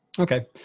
Okay